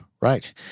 Right